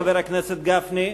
חבר הכנסת גפני,